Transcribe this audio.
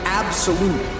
absolute